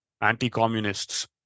anti-communists